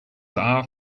are